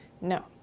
No